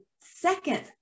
second